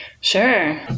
Sure